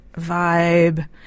vibe